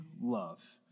love